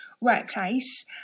workplace